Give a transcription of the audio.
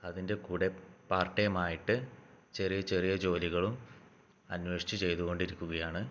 അതിൻ്റെ കൂടെ part time ആയിട്ട് ചെറിയ ചെറിയ ജോലികളും അന്വേഷിച്ച് ചെയ്തു കൊണ്ടിരിക്കുകയാണ്